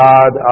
God